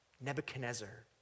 Nebuchadnezzar